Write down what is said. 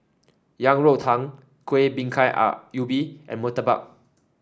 Yang Rou Tang Kuih Bingka Ubi and murtabak